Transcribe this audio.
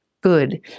good